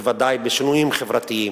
בוודאי, בשינויים חברתיים.